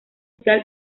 social